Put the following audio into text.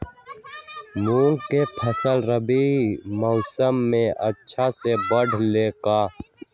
मूंग के फसल रबी मौसम में अच्छा से बढ़ ले का?